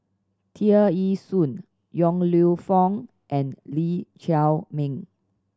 Tear Ee Soon Yong Lew Foong and Lee Chiaw Meng